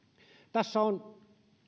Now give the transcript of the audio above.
tässä on